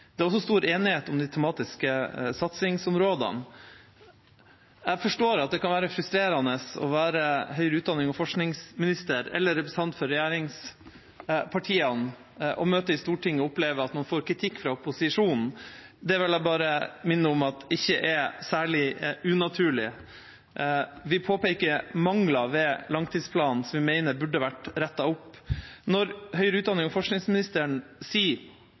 også stor enighet om de tematiske satsingsområdene. Jeg forstår at det kan være frustrerende å være forsknings- og høyere utdanningsminister eller representant for regjeringspartiene og møte i Stortinget og oppleve at man får kritikk fra opposisjonen. Det vil jeg bare minne om at ikke er særlig unaturlig. Vi påpeker mangler ved langtidsplanen som vi mener burde vært rettet opp. Når forsknings- og høyere utdanningsministeren sier